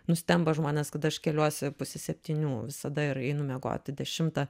nustemba žmonės kad aš keliuosi pusę septynių visada ir einu miegoti dešimtą